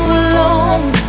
alone